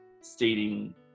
stating